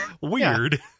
Weird